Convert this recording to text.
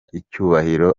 icyubahiro